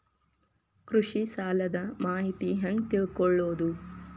ಕೃಷಿ ಸಾಲದ ಮಾಹಿತಿ ಹೆಂಗ್ ತಿಳ್ಕೊಳ್ಳೋದು?